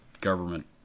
government